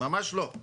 ממש לא.